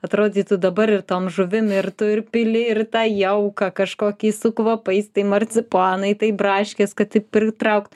atrodytų dabar ir tom žuvim ir tu ir pili ir tą jauką kažkokį su kvapais tai marcipanai tai braškės kad tik pritraukt